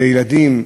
בילדים.